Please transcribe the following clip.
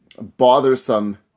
bothersome